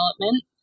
development